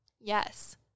Yes